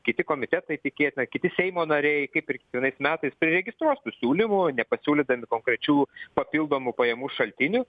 kiti komitetai tikėtina kiti seimo nariai kaip ir kiekvienais metais priregistruos tų siūlymų nepasiūlydami konkrečių papildomų pajamų šaltinių